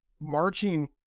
marching